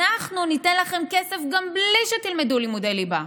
אנחנו ניתן לכם כסף גם בלי שתלמדו לימודי ליבה.